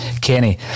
Kenny